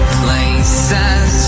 places